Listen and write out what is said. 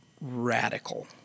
radical